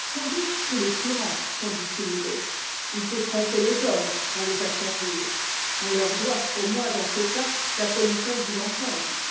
sans doute tous les tyrans sont dissimulés il faut tromper les hommes pour les asservir on leur doit au moins dans ce cas la politesse du mensonge